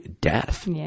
death